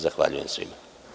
Zahvaljujem svima.